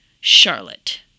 Charlotte